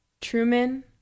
Truman